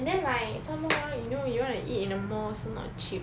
and then like some more hor you know you want to eat in a mall also not cheap